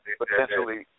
potentially